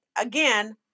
again